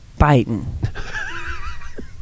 Biden